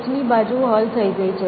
ટોચની બાજુ હલ થઈ ગઈ છે